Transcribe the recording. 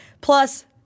Plus